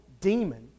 demon